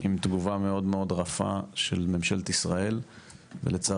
עם תגובה מאוד מאוד רפה של ממשלת ישראל ולצערי,